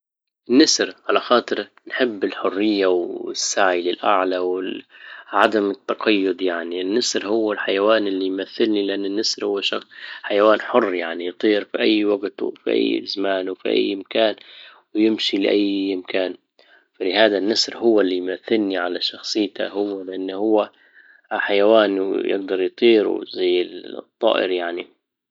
النسر على خاطر نحب الحرية والسعي للاعلى والـ- عدم التقيد يعني النسر هو الحيوان اللي يمثلني لان النسر هو شخـ- حيوان حر يعني يطير في اي وجت وفي اي زمان وفي اي مكان ويمشي لاي مكان فلهذا النسر هو اللى يمثلني على شخصيته هو لان هو حيوان ويقدر يطير وزي الطائر يعني